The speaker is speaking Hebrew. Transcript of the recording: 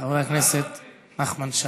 חבר הכנסת נחמן שי.